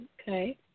Okay